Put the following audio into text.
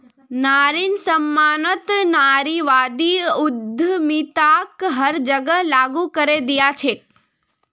नारिर सम्मानत नारीवादी उद्यमिताक हर जगह लागू करे दिया छेक